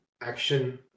action